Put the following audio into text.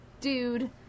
dude